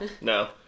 No